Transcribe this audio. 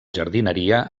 jardineria